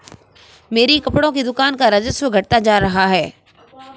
मेरी कपड़े की दुकान का राजस्व घटता जा रहा है